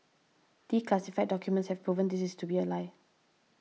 declassified documents have proven this to be a lie